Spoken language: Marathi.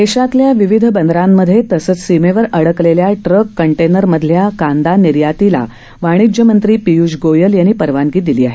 देशातल्या विविध बंदरांमधे तसंच सीमेवर अडकलेल्या टूक कंटेनरमधल्या कांदा निर्यातीला वाणिज्यमंत्री पियूष गोयल यांनी परवानगी दिली आहे